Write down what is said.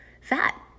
fat